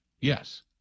Yes